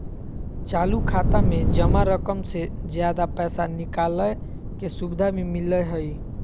चालू खाता में जमा रकम से ज्यादा पैसा निकालय के सुविधा भी मिलय हइ